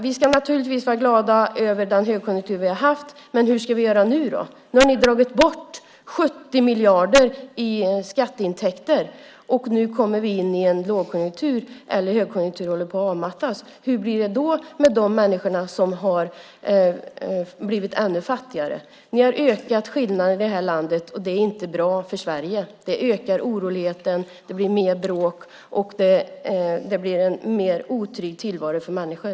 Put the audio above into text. Vi ska naturligtvis vara glada över den högkonjunktur vi har haft, men hur ska vi göra nu då? Nu har ni dragit bort 70 miljarder i skatteintäkter, och nu kommer vi in i en lågkonjunktur - högkonjunkturen håller på att avmattas. Hur blir det då med de människor som har blivit ännu fattigare? Ni har ökat skillnaderna i det här landet, och det är inte bra för Sverige. Det ökar oroligheten. Det blir mer bråk, och det blir en mer otrygg tillvaro för människor!